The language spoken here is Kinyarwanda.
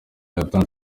yatanze